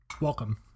welcome